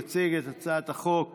יציג את הצעת החוק